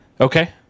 okay